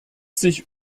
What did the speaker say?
sich